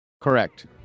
correct